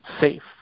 safe